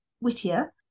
Whittier